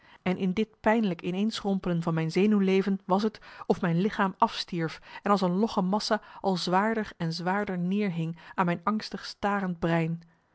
en in dit pijnlijk ineenschrompelen van mijn zenuwleven was t of mijn marcellus emants een nagelaten bekentenis lichaam afstierf en als een logge massa al zwaarder en zwaarder neerhing aan mijn angstig starend brein